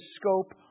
scope